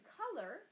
color